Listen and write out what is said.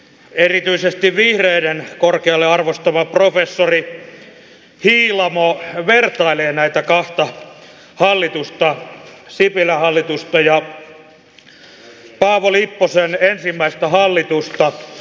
erityisesti vihreiden korkealle arvostama professori hiilamo vertailee näitä kahta hallitusta sipilän hallitusta ja paavo lipposen ensimmäistä hallitusta